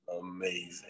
amazing